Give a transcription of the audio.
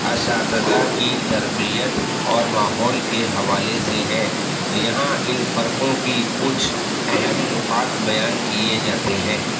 اساتذہ کی تربیت اور ماحول کے حوالے سے ہے کہ یہاں ان فرقوں کی کچھ اہم نقات بیان کیے جاتے ہیں